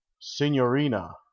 Signorina